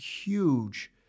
huge